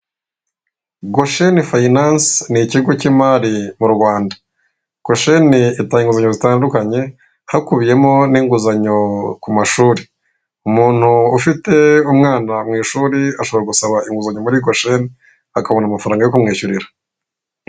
Goshene finance ni ikigo cy'imari mu rwanda. Goshene, itanga inguzanyo zitandukanye hakubiyemo n'inguzanyo ku mashuri. Umuntu ufite umwana mu ishuri ashobora gusaba inguzanyo muri goshene akabona amafaranga yo kumwishyurira.